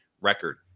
record